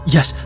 Yes